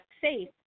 safe